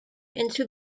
into